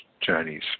Chinese